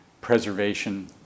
preservation